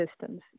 systems